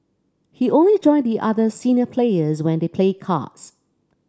he only join the other senior players when they played cards